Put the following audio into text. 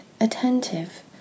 attentive